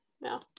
No